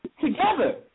together